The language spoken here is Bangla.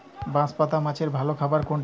বাঁশপাতা মাছের ভালো খাবার কোনটি?